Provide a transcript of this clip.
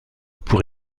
pour